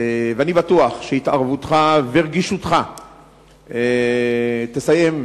ואני בטוח שהתערבותך ורגישותך יסייעו